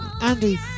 Andy